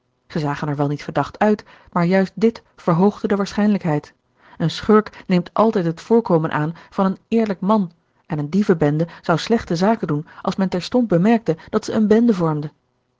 zij zagen er wel niet verdacht uit maar juist dit verhoogde de waarschijnlijkheid een schurk neemt altijd het voorkomen aan van een eerlijk man en eene dievenbende zou slechte zaken doen als men terstond bemerkte dat zij eene bende vormde